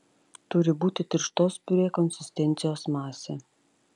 turi būti tirštos piurė konsistencijos masė